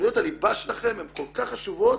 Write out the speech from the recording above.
תכניות הליבה שלכם הן כל כך חשובות